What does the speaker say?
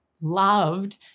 loved